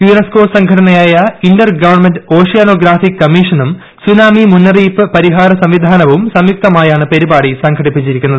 UNESCO സംഘടനയായ inter government oceanographic കമ്മീഷനും tsunami മുന്നറിയിപ്പ് പരിഹാര സംവിധാനവും സംയുക്തമായാണ് പരിപാടി സംഘടിപ്പിച്ചിരിക്കുന്നത്